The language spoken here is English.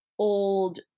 old